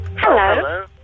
Hello